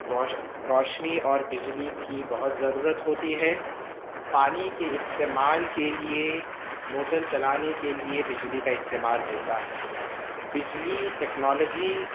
روش روشنی اور بجلی کی بہت ضرورت ہوتی ہے پانی کے استعمال کے لئے موٹر چلانے کے لیے بجلی کا استعمال ہوتا ہے بجلی ٹیکنالوجی